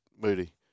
Moody